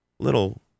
Little